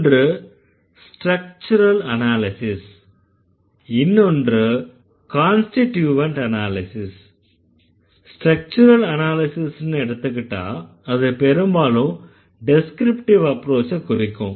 ஒன்று structural analysis இன்னொன்று constituent analysis structural அனாலிசிஸ்ன்னு எடுத்துக்கிட்டா அது பெரும்பாலும் டெஸ்க்ரிப்டிவ் அப்ரோச்ச குறிக்கும்